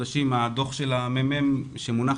הדוח של מרכז המחקר והמידע של הכנסת שמונח